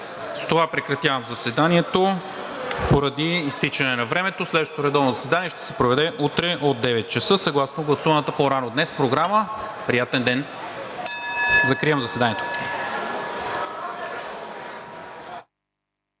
С това прекратявам заседанието поради изтичане на времето. Следващо редовно заседание ще се проведе утре от 9,00 ч. съгласно гласуваната по-рано днес Програма. Приятен ден! Закривам заседанието.